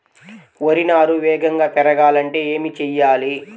వరి నారు వేగంగా పెరగాలంటే ఏమి చెయ్యాలి?